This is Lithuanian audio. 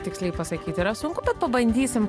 tiksliai pasakyt yra sunku bet pabandysim